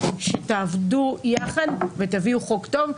שתעבדו יחד ותביאו חוק טוב.